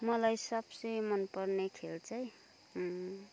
मलाई सबसे मनपर्ने खेल चाहिँ